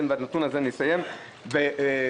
אסיים בנתון אחרון,